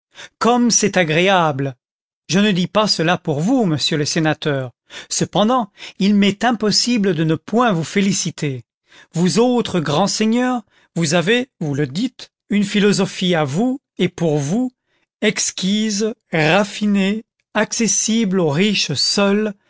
comme c'est agréable je ne dis pas cela pour vous monsieur le sénateur cependant il m'est impossible de ne point vous féliciter vous autres grands seigneurs vous avez vous le dites une philosophie à vous et pour vous exquise raffinée accessible aux riches seuls